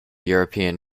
european